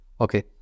okay